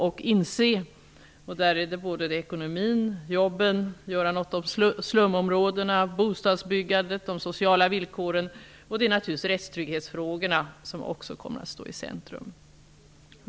Den innefattar ekonomin, jobben, åtgärder i slumområdena, bostadsbyggandet, de sociala villkoren och naturligtvis rättstrygghetsfrågorna, som också kommer att stå i centrum.